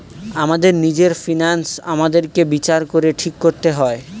আমাদের নিজের ফিন্যান্স আমাদেরকে বিচার করে ঠিক করতে হয়